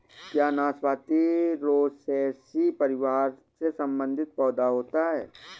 क्या नाशपाती रोसैसी परिवार से संबंधित पौधा होता है?